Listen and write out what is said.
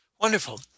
wonderful